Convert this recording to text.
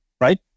Right